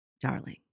darling